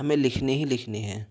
ہمیں لکھنی ہی لکھنی ہے